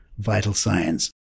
vitalscience